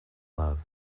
love